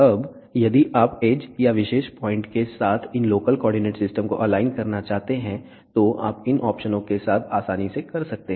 अब यदि आप एज या विशेष पॉइंट के साथ इन लोकल कोऑर्डिनेट सिस्टम को अलाइन करना चाहते हैं तो आप इन ऑप्शनों के साथ आसानी से कर सकते हैं